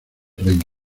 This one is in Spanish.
reino